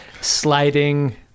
sliding